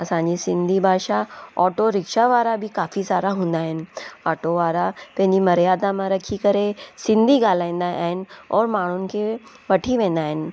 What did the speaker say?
असांजी सिंधी भाषा auto rickshaw वारा बि काफ़ी सारा हूंदा आहिनि ऑटो वारा पंहिंजी मर्यादा मां रखी करे सिंधी ॻाल्हाईंदा आहिनि और माण्हुनि खे वठी वेंदा आहिनि